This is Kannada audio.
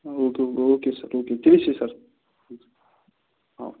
ಹಾಂ ಓಕೆ ಓಕೆ ಸರ್ ಓಕೆ ತಿಳಿಸಿ ಸರ್ ಓಕೆ ಓಕೆ